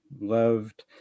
loved